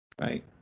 Right